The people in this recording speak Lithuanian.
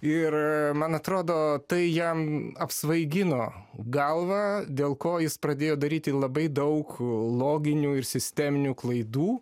ir man atrodo tai jam apsvaigino galvą dėl ko jis pradėjo daryti labai daug loginių ir sisteminių klaidų